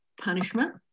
punishment